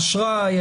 האשראי,